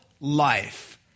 Life